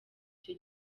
icyo